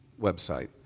website